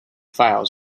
files